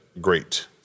great